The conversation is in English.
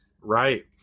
Right